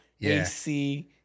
AC